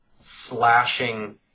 slashing